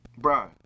bruh